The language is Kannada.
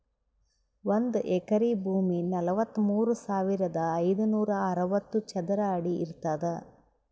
ಒಂದ್ ಎಕರಿ ಭೂಮಿ ನಲವತ್ಮೂರು ಸಾವಿರದ ಐನೂರ ಅರವತ್ತು ಚದರ ಅಡಿ ಇರ್ತದ